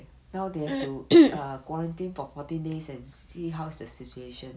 now they have to quarantine for fourteen days and see how the situation